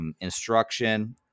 instruction